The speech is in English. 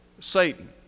Satan